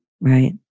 right